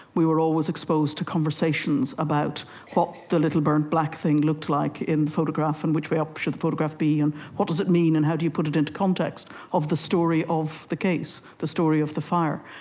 we were always exposed to conversations about what the little burnt black thing looked like in the photograph and which way up should the photograph be and what does it mean and how do you put it into context of the story of the case, the story of the fire.